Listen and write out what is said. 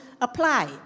apply